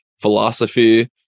philosophy